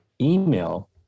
email